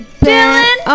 Dylan